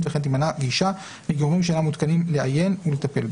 וכן תימנע גישה מגורמים שאינם מורשים לעיין ולטפל בו.